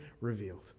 revealed